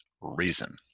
reason